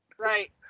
Right